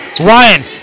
Ryan